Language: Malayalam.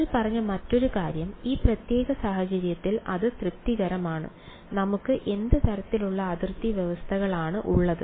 നമ്മൾ പറഞ്ഞ മറ്റൊരു കാര്യം ഈ പ്രത്യേക സാഹചര്യത്തിൽ അത് തൃപ്തികരമാണ് നമുക്ക് എന്ത് തരത്തിലുള്ള അതിർത്തി വ്യവസ്ഥകളാണ് ഉള്ളത്